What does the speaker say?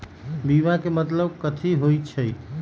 बीमा के मतलब कथी होई छई?